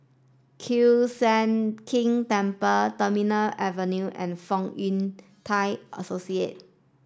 Kiew Sian King Temple Terminal Avenue and Fong Yun Thai Associate